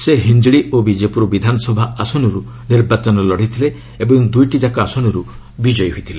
ସେ ହିଞ୍ଜିଳି ଓ ବିଜେପୁର ବିଧାନସଭା ଆସନରୁ ନିର୍ବାଚନ ଲଢ଼ିଥିଲେ ଓ ଦୁଇଟିଯାକ ଆସନରୁ ବିଜୟୀ ହୋଇଥିଲେ